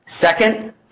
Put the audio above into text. Second